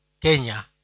Kenya